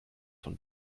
von